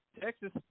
Texas